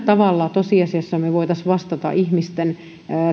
tavalla me tosiasiassa voisimme vastata ihmisten